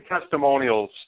testimonials